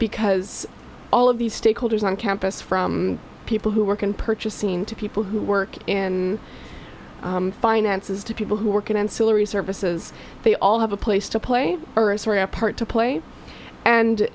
because all of these stakeholders on campus from people who work in purchasing to people who work in finance is to people who work in ancillary services they all have a place to play a part to play and